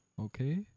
okay